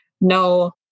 no